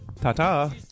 ta-ta